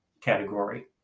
category